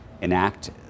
enact